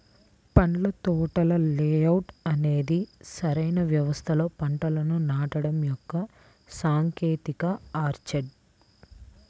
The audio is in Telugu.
పండ్ల తోటల లేఅవుట్ అనేది సరైన వ్యవస్థలో పంటలను నాటడం యొక్క సాంకేతికత ఆర్చర్డ్